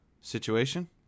situation